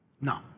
No